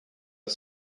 are